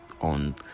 on